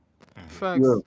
Thanks